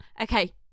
Okay